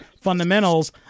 fundamentals